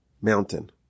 mountain